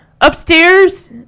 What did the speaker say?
Upstairs